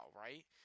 right